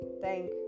thank